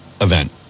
event